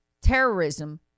terrorism